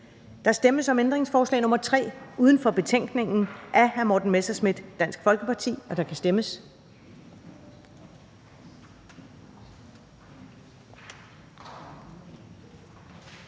Der stemmes om ændringsforslag nr. 3 uden for betænkningen af hr. Morten Messerschmidt (DF), og der kan stemmes.